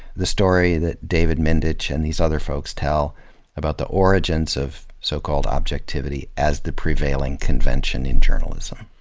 the story that david mindich and these other folks tell about the origins of so-called objectivity as the prevailing convention in journalism.